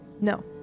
no